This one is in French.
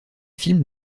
films